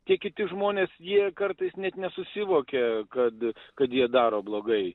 tie kiti žmonės jie kartais net nesusivokia kad kad jie daro blogai